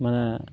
ᱢᱟᱱᱮ